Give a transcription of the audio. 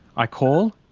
i call,